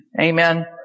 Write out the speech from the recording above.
Amen